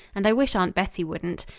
and i wish aunt bettie wouldn't.